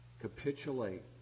capitulate